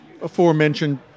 aforementioned